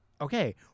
okay